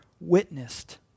witnessed